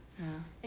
ya